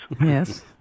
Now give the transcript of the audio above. Yes